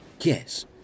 Yes